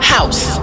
House